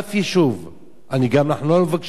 אנחנו גם לא מבקשים שיהיו צווי הריסה.